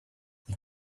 you